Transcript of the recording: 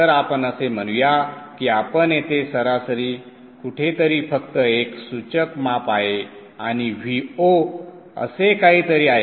तर आपण असे म्हणूया की आपण येथे सरासरी कुठेतरी फक्त एक सूचक माप आहे आणि Vo असे काहीतरी आहे